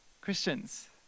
Christians